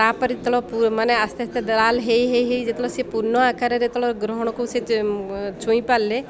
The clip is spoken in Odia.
ତା'ପରେ ତେଳ ମାନେ ଆସ୍ତେ ଆସ୍ତେ ଲାଲ ହେଇ ହେଇ ଯେତେବେଳେ ସେ ପୂର୍ଣ୍ଣ ଆକାରରେ ଯେତେବେଳେ ଗ୍ରହଣକୁ ସେ ଛୁଇଁ ପାରିଲେ